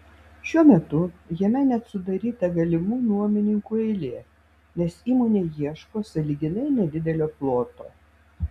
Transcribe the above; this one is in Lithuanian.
šiuo metu jame net sudaryta galimų nuomininkų eilė nes įmonė ieško sąlyginai nedidelio ploto